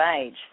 age